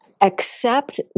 accept